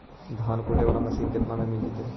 धान कुटे बाला मशीन केतना में मिल जइतै?